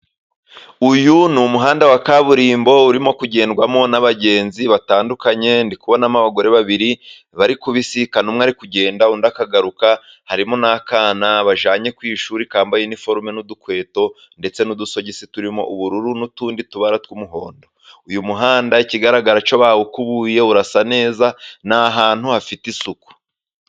Uyu ni umuhanda wa kaburimbo urimo kugendwamo n'abagenzi batandukanye, ndi kubonamo abagore babiri bari kubisikana, umwe ari kugenda, undi akagaruka harimo n'akana bajyanye ku ishuri kambaye iniforume n'udukweto, ndetse n'udusogisi turimo ubururu n'utundi tubara tw'umuhondo. Uyu muhanda ikigaragara cyo bawukubuye, urasa neza ni ahantu hafite isuku.